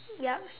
yup